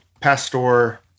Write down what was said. pastor